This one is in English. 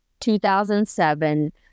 2007